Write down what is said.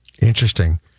Interesting